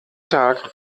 tag